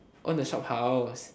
own a shophouse